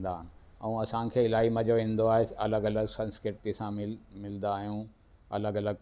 ईंदा आहिनि ऐं असांखे इलाही मज़ो ईंदो आहे अलॻि अलॻि संस्कृतीअ सां मिल मिलंदा आहियूं अलॻि अलॻि